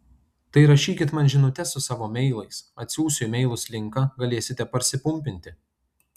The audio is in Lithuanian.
tai rašykit man žinutes su savo meilais atsiųsiu į meilus linką galėsite parsipumpinti